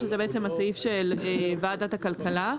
שזה בעצם הסעיף של ועדת הכלכלה.